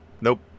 nope